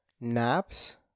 naps